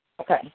Okay